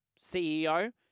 CEO